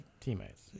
Teammates